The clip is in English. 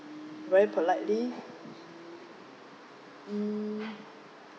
very politely mm